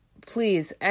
please